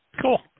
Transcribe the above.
Cool